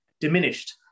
diminished